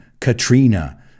Katrina